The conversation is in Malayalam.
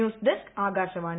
news desk Akashvani